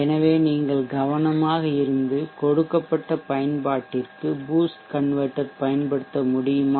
எனவே நீங்கள் கவனமாக இருந்து கொடுக்கப்பட்ட பயன்பாட்டிற்கு பூஸ்ட் கன்வெர்ட்டெர் பயன்படுத்த முடியுமா